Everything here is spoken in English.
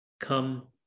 Come